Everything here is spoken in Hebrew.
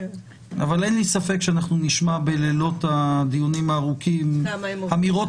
אין לי ספק שאנחנו נשמע בלילות הדיונים הארוכים אמירות